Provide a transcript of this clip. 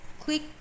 click